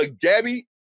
Gabby